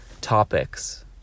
topics